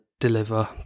deliver